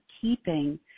keeping –